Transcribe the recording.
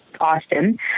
Austin